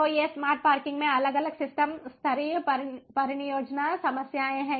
तो ये smart parking में अलग अलग सिस्टम स्तरीय परिनियोजन समस्याएँ हैं